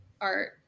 art